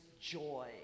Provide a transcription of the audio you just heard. joy